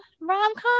rom-com